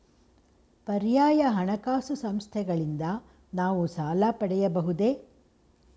ಪರ್ಯಾಯ ಹಣಕಾಸು ಸಂಸ್ಥೆಗಳಿಂದ ನಾವು ಸಾಲ ಪಡೆಯಬಹುದೇ?